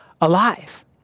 alive